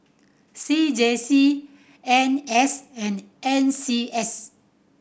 C J C N S and N C S